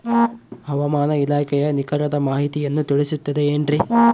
ಹವಮಾನ ಇಲಾಖೆಯ ನಿಖರವಾದ ಮಾಹಿತಿಯನ್ನ ತಿಳಿಸುತ್ತದೆ ಎನ್ರಿ?